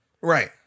Right